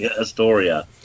Astoria